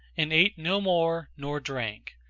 and ate no more nor drank,